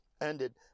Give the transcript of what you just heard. ended